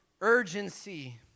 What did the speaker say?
urgency